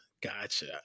Gotcha